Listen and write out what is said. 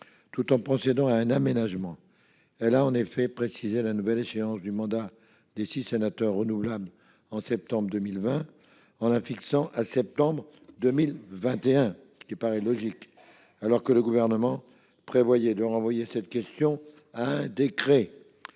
tout en procédant à un aménagement ; elle a précisé la nouvelle échéance du mandat des six sénateurs renouvelables en septembre 2020 en la fixant à septembre 2021- ce qui paraît logique -, alors que le Gouvernement prévoyait de renvoyer cette question à un décret.